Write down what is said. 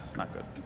not good.